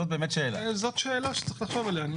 זאת שאלה שאפשר לחשוב עליה.